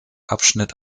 abschnitt